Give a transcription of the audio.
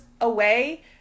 away